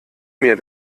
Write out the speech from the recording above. mir